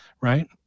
right